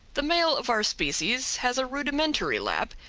the male of our species has a rudimentary lap,